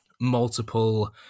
multiple